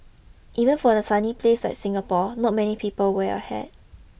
even for a sunny place like Singapore not many people wear a hat